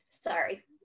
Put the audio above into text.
Sorry